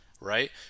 right